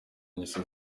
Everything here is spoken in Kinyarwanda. ngeso